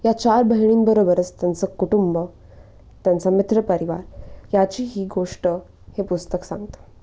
या चार बहिणींबरोबरच त्यांचं कुटुंब त्यांचा मित्रपरिवार याची ही गोष्ट हे पुस्तक सांगतं